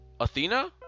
Athena